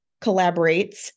collaborates